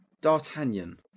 D'Artagnan